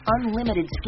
unlimited